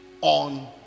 on